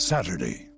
Saturday